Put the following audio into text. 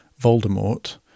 Voldemort